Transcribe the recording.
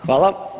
Hvala.